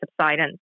subsidence